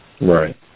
Right